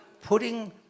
putting